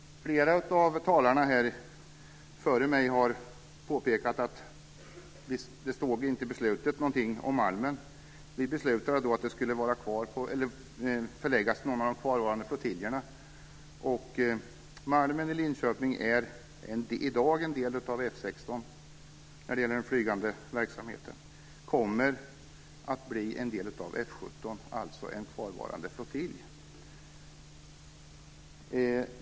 Flera av talarna före mig har påpekat att det inte står något i beslutet om Malmen. Vi beslutade att flygutbildningen skulle förläggas till någon av de kvarvarande flottiljerna. Malmen i Linköping är i dag en del av flygverksamheten på F 16 och kommer att bli en del av F 17 - alltså en kvarvarande flottilj.